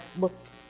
looked